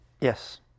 Yes